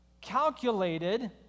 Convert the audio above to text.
calculated